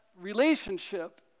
relationship